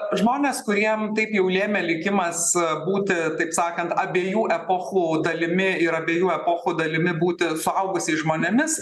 žmonės kuriem taip jau lėmė likimas būti taip sakant abiejų epochų dalimi ir abiejų epochų dalimi būti suaugusiais žmonėmis